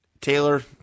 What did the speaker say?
Taylor